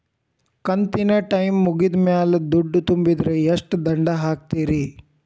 ಕಂತಿನ ಟೈಮ್ ಮುಗಿದ ಮ್ಯಾಲ್ ದುಡ್ಡು ತುಂಬಿದ್ರ, ಎಷ್ಟ ದಂಡ ಹಾಕ್ತೇರಿ?